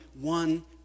one